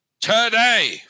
today